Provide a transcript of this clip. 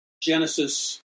Genesis